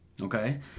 Okay